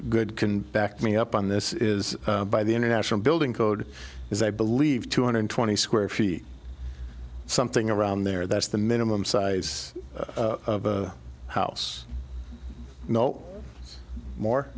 good can back me up on this is by the international building code is i believe two hundred twenty square feet something around there that's the minimum size of a house no more